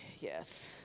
Yes